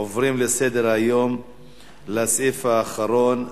אנחנו עוברים לסעיף האחרון בסדר-היום.